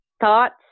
thoughts